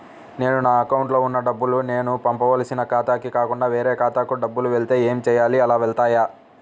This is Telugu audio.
నేను నా అకౌంట్లో వున్న డబ్బులు నేను పంపవలసిన ఖాతాకి కాకుండా వేరే ఖాతాకు డబ్బులు వెళ్తే ఏంచేయాలి? అలా వెళ్తాయా?